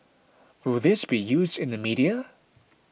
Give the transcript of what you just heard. will this be used in the media